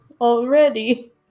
Already